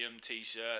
t-shirt